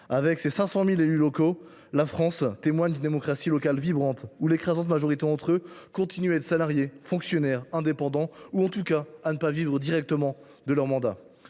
Avec ses 500 000 élus locaux, la France témoigne d’une démocratie locale vibrante : l’écrasante majorité d’entre eux continuent à être salariés, fonctionnaires, indépendants, en tout cas à ne pas vivre directement de leurs mandats.